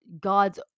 God's